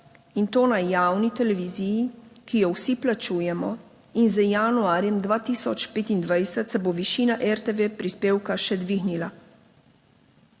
in to na javni televiziji, ki jo vsi plačujemo. In z januarjem 2025 se bo višina RTV prispevka še dvignila,